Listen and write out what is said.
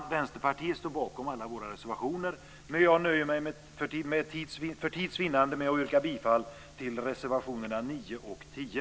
Vi i Vänsterpartiet står bakom alla våra reservationer, men jag nöjer mig för tids vinnande med att yrka bifall till reservationerna 9 och 10.